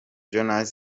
jones